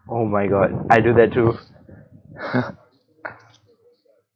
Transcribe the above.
oh my god I do that too